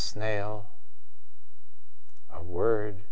snail i word